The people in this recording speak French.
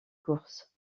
courses